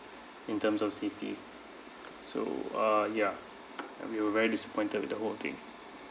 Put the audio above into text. in terms of safety so uh ya and we were very disappointed with the whole thing